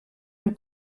amb